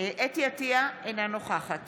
אינה נוכחת